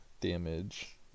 damage